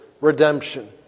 redemption